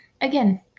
again